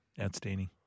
Outstanding